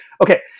Okay